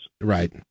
Right